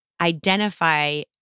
identify